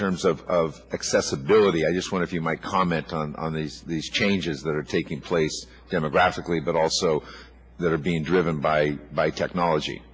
terms of accessibility i just want if you might comment on these these changes that are taking place demographically but also that are being driven by by technology